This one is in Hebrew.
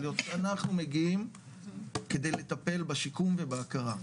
להיות שאנחנו מגיעים כדי לטפל בשיקום ובהכרה,